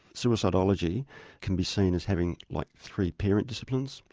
suicidology can be seen as having like three parent disciplines,